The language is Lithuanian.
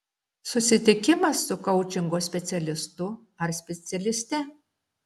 susitikimas su koučingo specialistu ar specialiste